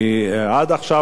כי עכשיו,